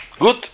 Good